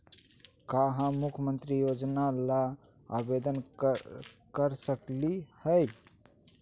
का हम मुख्यमंत्री योजना ला आवेदन कर सकली हई?